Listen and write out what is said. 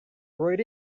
read